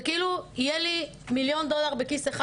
זה כאילו יהיה לי מיליון דולר בכיס אחד